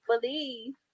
believe